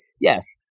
Yes